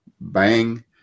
bang